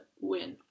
win